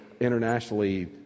internationally